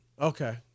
Okay